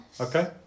okay